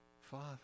father